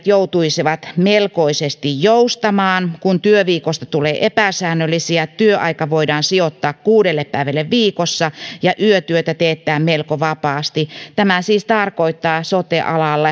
joutuisivat melkoisesti joustamaan kun työviikoista tulee epäsäännöllisiä työaika voidaan sijoittaa kuudelle päivälle viikossa ja yötyötä teettää melko vapaasti tämä siis tarkoittaa sote alalle